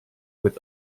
with